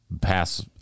pass